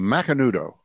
Macanudo